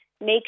Make